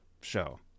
show